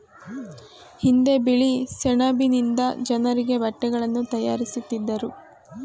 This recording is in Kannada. ಹಿಂದೆ ಬಿಳಿ ಸೆಣಬಿನಿಂದ ಜನರಿಗೆ ಬಟ್ಟೆಗಳನ್ನು ತಯಾರಿಸುತ್ತಿದ್ದರು